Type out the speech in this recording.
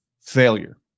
failure